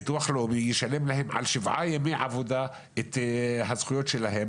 ביטוח לאומי ישלם להם על שבעה ימי עבודה את הזכויות שלהם,